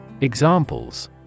Examples